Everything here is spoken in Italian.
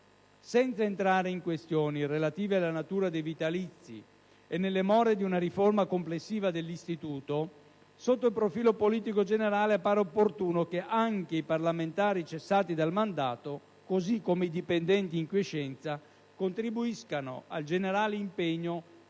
Senza entrare in questioni relative alla natura dei vitalizi e nelle more di una riforma complessiva dell'istituto, sotto il profilo politico generale appare opportuno che anche i parlamentari cessati dal mandato (così come i dipendenti in quiescenza) contribuiscano al generale impegno